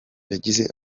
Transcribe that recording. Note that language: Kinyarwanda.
yagize